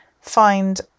find